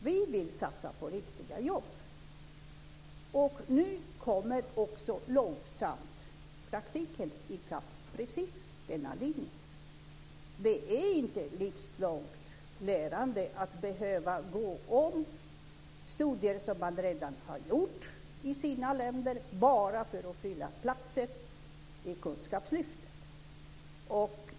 Vi vill satsa på riktiga jobb. Nu kommer praktiken långsamt i fatt just i fråga om denna linje. Det är inte livslångt lärande att behöva göra om studier som man redan gjort i sina länder bara för att platser inom kunskapslyftet ska fyllas.